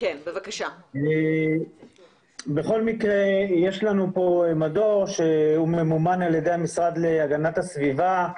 יש לנו פה מדור שממומן על-ידי המשרד להגנת הסביבה,